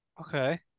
Okay